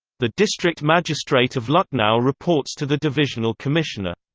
the district magistrate of lucknow reports to the divisional commissioner.